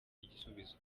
igisubizo